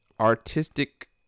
artistic